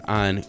on